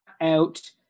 out